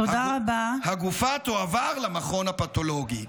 הגופה תועבר למכון הפתולוגי".